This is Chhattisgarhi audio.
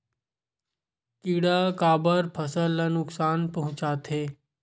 किड़ा काबर फसल ल नुकसान पहुचाथे?